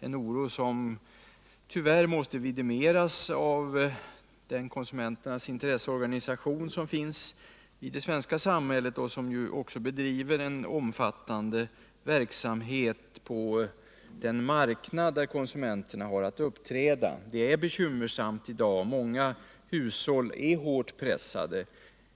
Denna oro måste tyvärr vidimeras av den konsumenternas intresseorganisation som finns i det svenska samhället och som också bedriver en omfattande verksamhet på den marknad där konsumenterna har att uppträda. Det är bekymmersamt i dag. Många hushåll är hårt pressade.